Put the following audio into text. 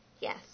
Yes